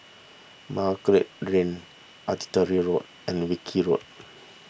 Margate Road Artillery Road and Wilkie Road